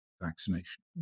vaccination